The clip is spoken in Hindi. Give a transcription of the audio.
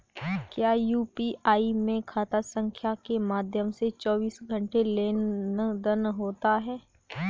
क्या यू.पी.आई में खाता संख्या के माध्यम से चौबीस घंटे लेनदन होता है?